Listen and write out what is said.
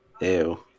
Ew